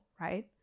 right